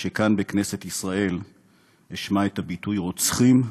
שכאן בכנסת ישראל אשמע את הביטוי "רוצחים"